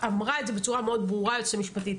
אמרה את זה בצורה מאוד ברורה היועצת המשפטית,